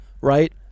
right